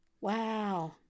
wow